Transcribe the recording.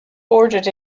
bordered